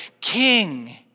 king